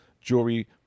jewelry